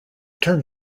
turn